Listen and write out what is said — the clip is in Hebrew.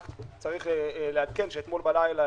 רק צריך לעדכן שאתמול בלילה,